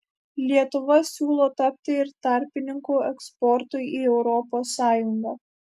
lietuva siūlo tapti ir tarpininku eksportui į europos sąjungą